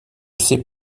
sais